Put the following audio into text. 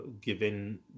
given